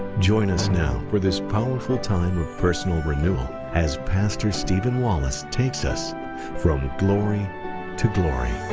join us now for this powerful time of personal renewal as pastor stephen wallace takes us from glory to glory.